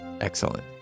Excellent